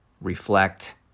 reflect